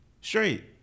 Straight